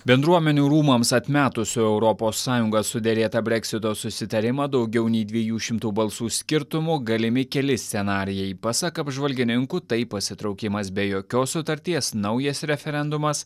bendruomenių rūmams atmetus su europos sąjunga suderėtą breksito susitarimą daugiau nei dviejų šimtų balsų skirtumu galimi keli scenarijai pasak apžvalgininkų tai pasitraukimas be jokios sutarties naujas referendumas